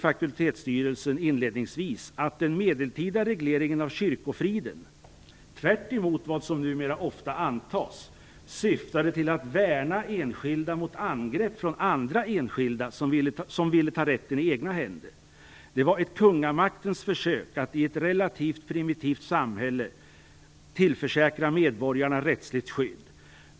Fakultetsstyrelsen skriver inledningsvis att den medeltida regleringen av kyrkofriden - tvärtemot vad som numera ofta antas - syftade till att värna enskilda mot angrepp från andra enskilda som ville ta rätten i egna händer. Det var ett kungamaktens försök i ett relativt primitivt rättssamhälle att tillförsäkra medborgarna rättsligt skydd.